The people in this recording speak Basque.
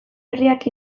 herriak